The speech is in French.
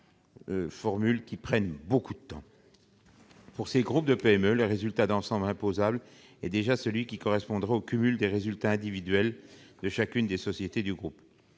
qui leur prend beaucoup de temps. Pour ces groupes de PME, le résultat d'ensemble imposable est déjà celui qui correspondrait au cumul des résultats individuels de chacune des sociétés du groupe.